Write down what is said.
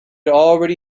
already